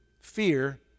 fear